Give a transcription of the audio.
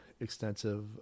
extensive